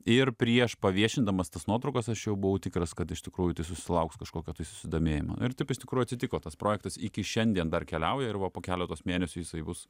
ir prieš paviešindamas tas nuotraukas aš jau buvau tikras kad iš tikrųjų tai susilauks kažkokio tai susidomėjimo ir taip iš tikrųjų atsitiko tas projektas iki šiandien dar keliauja ir va keletos mėnesių jisai bus